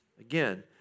Again